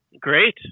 Great